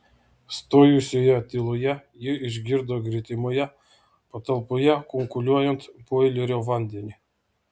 stojusioje tyloje jie išgirdo gretimoje patalpoje kunkuliuojant boilerio vandenį